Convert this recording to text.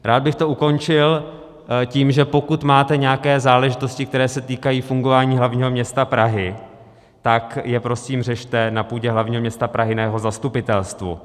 Rád bych to ukončil tím, že pokud máte nějaké záležitosti, které se týkají fungování hlavního města Prahy, tak je prosím řešte na půdě hlavního města Prahy, na jeho zastupitelstvu.